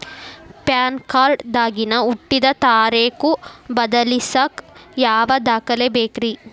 PAN card ದಾಗಿನ ಹುಟ್ಟಿದ ತಾರೇಖು ಬದಲಿಸಾಕ್ ಯಾವ ದಾಖಲೆ ಬೇಕ್ರಿ?